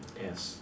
yes